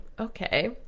okay